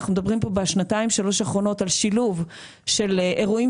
אנחנו מדברים פה בשנתיים-שלוש האחרונות על שילוב של אירועים